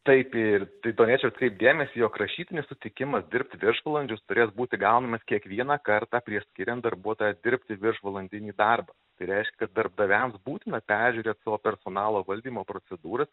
taip ir tai turėčiau atkreipti dėmesį jog rašytinis sutikimas dirbt viršvalandžius turės būti gaunamas kiekvieną kartą prieš skiriant darbuotoją dirbti viršvalandinį darbą tai reišk kad darbdaviams būtina peržiūrėt savo personalo valdymo procedūras